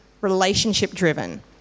relationship-driven